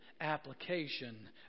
application